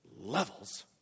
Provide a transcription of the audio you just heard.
levels